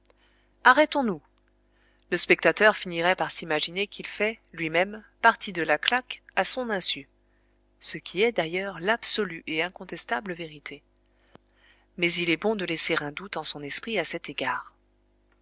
arrêtons-nous le spectateur finirait par s'imaginer qu'il fait lui-même partie de la claque à son insu ce qui est d'ailleurs l'absolue et incontestable vérité mais il est bon de laisser un doute en son esprit à cet égard